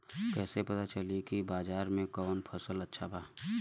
कैसे पता चली की बाजार में कवन फसल अच्छा बा?